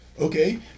Okay